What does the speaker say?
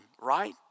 right